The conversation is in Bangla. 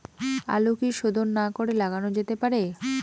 আলু কি শোধন না করে লাগানো যেতে পারে?